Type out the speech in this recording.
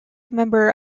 member